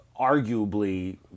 arguably